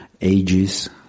ages